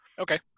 okay